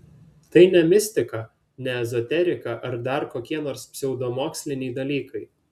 tai ne mistika ne ezoterika ar dar kokie nors pseudomoksliniai dalykai